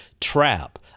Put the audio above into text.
trap